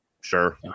sure